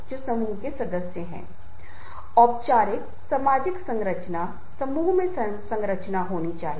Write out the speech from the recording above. एक और बात यह है कि उत्साह अगर कोई व्यक्ति सोचता है कि वह एक नेता है अगर नेता बनने के लिए सोचता है तो उसके पास बहुत उत्साह होना चाहिए